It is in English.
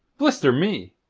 blister me!